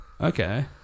okay